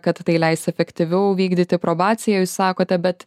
kad tai leis efektyviau vykdyti probaciją jūs sakote bet